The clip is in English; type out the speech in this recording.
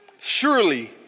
Surely